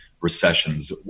recessions